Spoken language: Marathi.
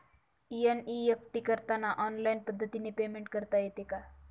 एन.ई.एफ.टी करताना ऑनलाईन पद्धतीने पेमेंट करता येते का?